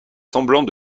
semblant